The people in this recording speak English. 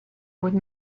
would